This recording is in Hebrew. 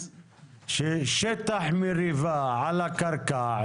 ששטח מריבה על הקרקע,